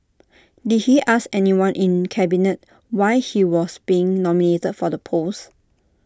did he ask anyone in cabinet why he was being nominated for the post